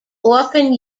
often